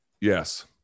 yes